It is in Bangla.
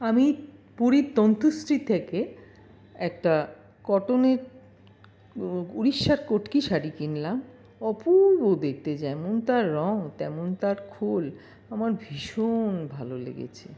আমি পুরীর তন্তুশ্রী থেকে একটা কটনের উড়িষ্যার কটকি শাড়ি কিনলাম অপূর্ব দেখতে যেমন তার রং তেমন তার খুল আমার ভীষণ ভালো লেগেছে